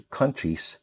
countries